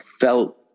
felt